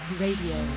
radio